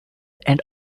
and